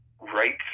right